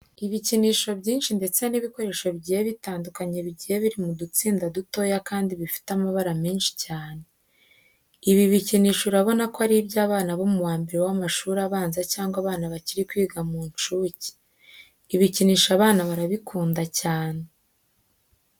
Ibikinisho byinshi ndetse n'ibikoresho bigiye bitandukanye bigiye biri mu dutsinda dutoya kandi bifite amabara menshi cyane. Ibi bikinisho urabona ko ari iby'abana bo mu wa mbere w'amashuri abanza cyangwa abana bakiri kwiga mu nshuke. Ibikinisho abana barabikunda cyane.